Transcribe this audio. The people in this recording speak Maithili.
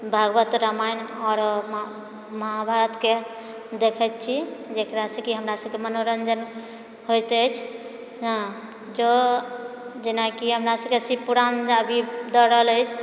भागवत रामायण आरो महा महाभारतके देखै छी जेकरासँ कि हमरा सभकऽ मनोरञ्जन होइत अछि हँ जो जेनाकि हमरा सभके शिवपुराण अभी दऽ रहल अछि